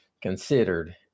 considered